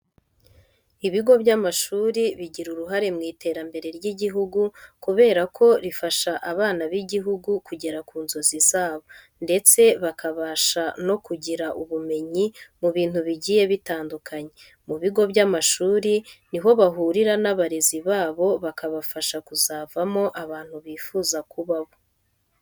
Ibigo by'amashuri bigira uruhare mu iterambere ry'igihugu kubera ko rifasha abana b'igihugu kugera ku nzozi zabo ndetse bakabasha no kugira ubumenyi mu bintu bigiye bitandukanye. Mu bigo by'amashuri ni ho bahurira n'abarezi babo bakabafasha kuzavamo abantu bifuza kuba bo.